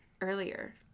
earlier